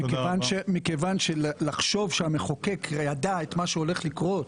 לחשוב שהמחוקק ידע את מה שהולך לקרות,